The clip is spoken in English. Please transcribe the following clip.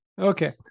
Okay